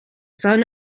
son